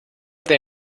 they